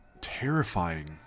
terrifying